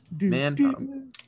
Man